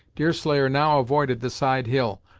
deerslayer now avoided the side hill,